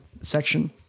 section